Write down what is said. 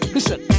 Listen